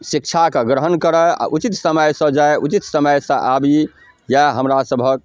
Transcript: शिक्षा कऽ ग्रहण करे आ उचित समयसँ जाय उचित समयसँ आबि इएह हमरा सभक